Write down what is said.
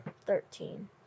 Thirteen